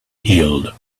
healed